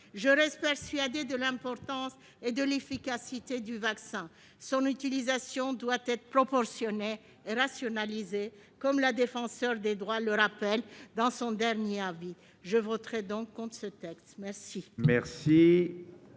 Je reste persuadée de l'importance et de l'efficacité du vaccin, mais son utilisation doit être proportionnée et rationalisée, comme le rappelle la Défenseure des droits dans son dernier avis. Je voterai donc contre ce texte. La